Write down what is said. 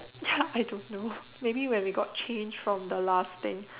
ya I don't know maybe when we got change from the last day